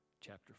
chapter